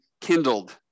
kindled